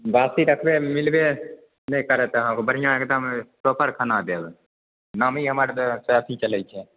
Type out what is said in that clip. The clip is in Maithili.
बासी रखबै मिलबै नहि करत अहाँके बढ़िऑं एकदम प्रॉपर खाना देब नामी हमर अथी चलै छै